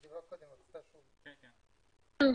כן,